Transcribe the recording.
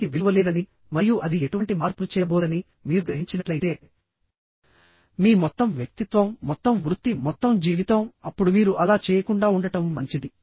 దానికి విలువ లేదని మరియు అది ఎటువంటి మార్పును చేయబోదని మీరు గ్రహించినట్లయితే మీ మొత్తం వ్యక్తిత్వం మొత్తం వృత్తి మొత్తం జీవితం అప్పుడు మీరు అలా చేయకుండా ఉండటం మంచిది